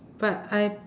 but I